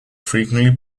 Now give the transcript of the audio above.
frequently